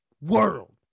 world